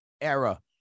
era